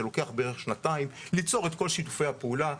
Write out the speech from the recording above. זה לוקח בערך שנתיים ליצור את כל שיתופי הפעולה,